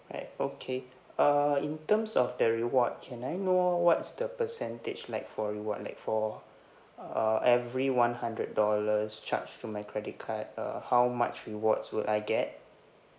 right okay err in terms of the reward can I know what is the percentage like for reward like for uh every one hundred dollars charge to my credit card uh how much rewards would I get